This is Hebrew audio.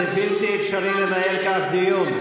זה בלתי אפשרי לנהל כך דיון.